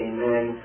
Amen